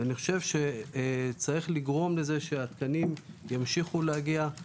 צריך לגרום לכך שהתקנים ימשיכו להגיע.